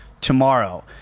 tomorrow